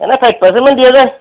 এনেই ফাইভ পাৰচেণ্টমান দিয়ে দে